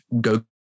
go